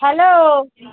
hello